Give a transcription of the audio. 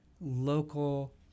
local